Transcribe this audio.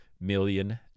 million